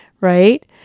Right